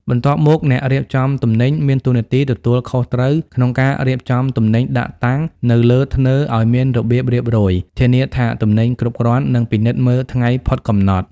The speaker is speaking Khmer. បន្ទាប់មកអ្នករៀបចំទំនិញ មានតួនាទីទទួលខុសត្រូវក្នុងការរៀបចំទំនិញដាក់តាំងនៅលើធ្នើឱ្យមានរបៀបរៀបរយ ធានាថាទំនិញគ្រប់គ្រាន់ និងពិនិត្យមើលថ្ងៃផុតកំណត់។